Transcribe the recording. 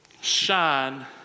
shine